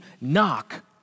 knock